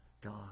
God